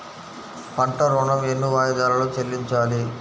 పంట ఋణం ఎన్ని వాయిదాలలో చెల్లించాలి?